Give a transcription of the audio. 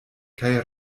kaj